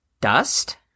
Dust